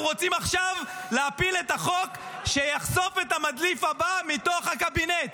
אנחנו רוצים עכשיו להפיל את החוק שיחשוף את המדליף הבא מתוך הקבינט.